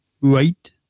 Right